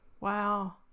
Wow